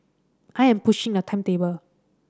I am pushing a timetable